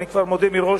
אני כבר מודה, מראש,